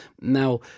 Now